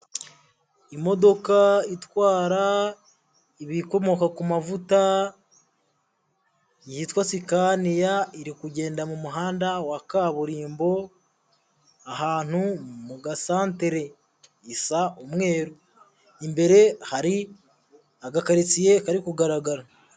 Imodoka itwara ibikomoka ku mavuta, yitwa sikaya, iri kugenda mu muhanda wa kaburimbo, ahantu mu gasantere, isa umweru, imbere hari agakaritsiye kari kugaragara.